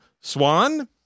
Swan